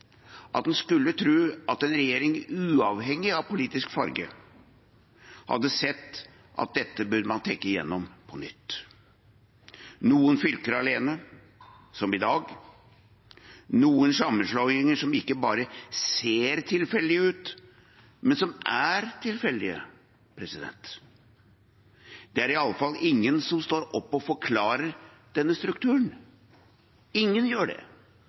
at en skulle tro en regjering, uavhengig av politisk farge, hadde sett at dette burde man tenke igjennom på nytt. Noen fylker er alene, som i dag. Noen sammenslåinger ikke bare ser tilfeldige ut, men er tilfeldige – det er i alle fall ingen som står opp og forklarer denne strukturen. Ingen gjør det